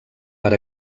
per